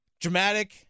dramatic